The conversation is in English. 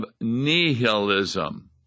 Nihilism